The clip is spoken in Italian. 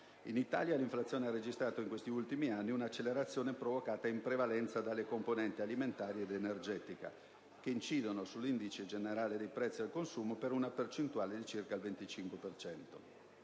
In Italia l'inflazione ha registrato in questi ultimi anni un'accelerazione, provocata in prevalenza dalle componenti alimentare e energetica, che incidono sull'indice generale dei prezzi al consumo per una percentuale di circa il 25